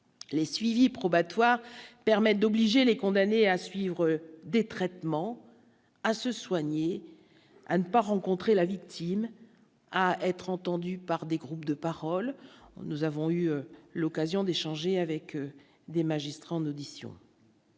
Les suivi probatoire permettent d'obliger les condamnés à suivre des traitements à se soigner à ne pas rencontrer la victime à être entendu par des groupes de parole, nous avons eu l'occasion d'échanger avec eux des magistrats en audition.